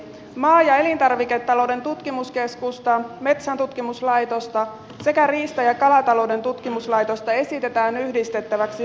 maa ja elintarviketalouden tutkimuskeskusta metsäntutkimuslaitosta sekä riista ja kalatalouden tutkimuslaitosta esitetään yhdistettäviksi luonnonvarakeskukseksi